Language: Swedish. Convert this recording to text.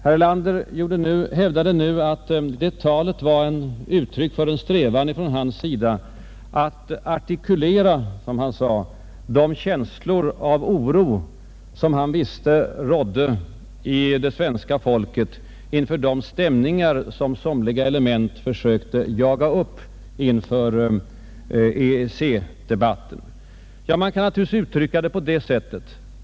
Herr Erlander hävdar nu att talet var uttryck för en strävan från hans sida att artikulera, som han sade, de känslor av oro som han visste rådde inom svenska folket genom de stämningar som somliga element försökte jaga upp inför EEC-debatten. Ja, man kan naturligtvis uttrycka det på detta sätt.